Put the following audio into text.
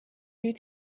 you